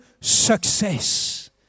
success